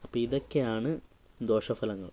അപ്പോൾ ഇതൊക്കെയാണ് ദോഷഫലങ്ങൾ